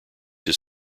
his